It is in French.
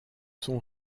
son